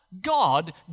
God